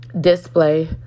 display